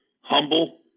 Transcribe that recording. humble